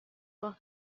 راه